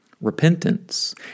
Repentance